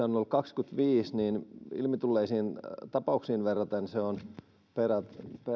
on ollut kaksikymmentäviisi niin ilmi tulleisiin tapauksiin verraten se on peräti